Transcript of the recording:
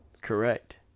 Correct